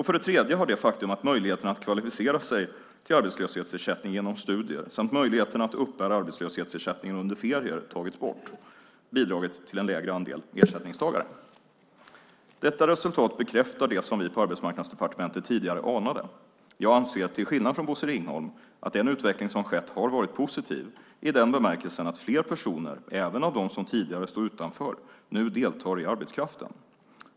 För det tredje har det faktum att möjligheterna att kvalificera sig till arbetslöshetsersättning genom studier samt möjligheterna att uppbära arbetslöshetsersättning under ferier tagits bort bidragit till en lägre andel ersättningstagare. Detta resultat bekräftar det som vi på Arbetsmarknadsdepartementet tidigare anade. Jag anser, till skillnad från Bosse Ringholm, att den utveckling som skett har varit positiv i den bemärkelsen att fler personer - även av dem som tidigare stod utanför - nu deltar i arbetskraften.